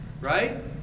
right